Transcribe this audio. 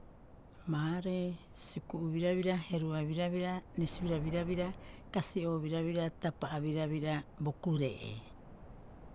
Maaree, Suku'u birabira, Heruba birabira, Resiura birabira, Kasi'oo birabira, Tapa'a birabira, bo Kure'ee.